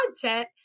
content